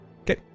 Okay